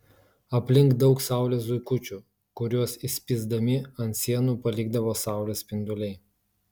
aplink daug saulės zuikučių kuriuos įspįsdami ant sienų palikdavo saulės spinduliai